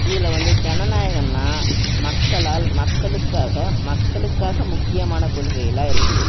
இதில் வந்து ஜனநாயகம்னால் மக்களால் மக்களுக்காக மக்களுக்காக முக்கியமான கொள்கையெல்லாம் இருக்குது